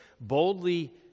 Boldly